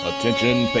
Attention